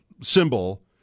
symbol